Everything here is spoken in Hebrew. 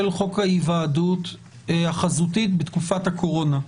חוק ההיוועדות החזותית בתקופת הקורונה.